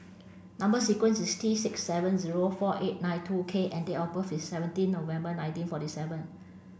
number sequence is T six seven zero four eight nine two K and date of birth is seventeen November nineteen forty seven